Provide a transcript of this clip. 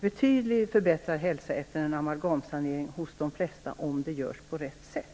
betydligt förbättrad hälsa efter en amalgamsanering hos de flesta om det görs på rätt sätt.